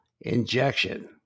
injection